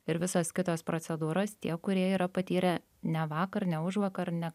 ir visos kitos procedūros tie kurie yra patyrę ne vakar ne užvakar ne